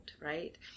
right